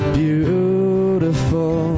beautiful